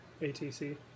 ATC